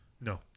No